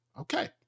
Okay